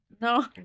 No